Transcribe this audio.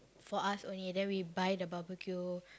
for us only then we buy the barbeque